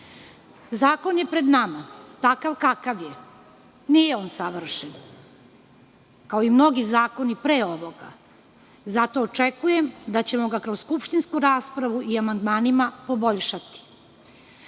Zakon je pred nama, takav kakav je. Nije on savršen, kao i mnogi zakoni pre ovoga. Zato očekujem da ćemo ga kroz skupštinsku raspravu i amandmanima poboljšati. Ali,